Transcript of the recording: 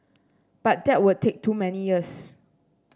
but that would take too many years